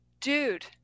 dude